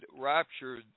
raptured